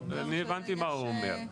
אני הבנתי מה הוא אומר.